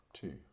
Two